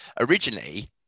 originally